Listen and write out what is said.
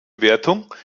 bewertung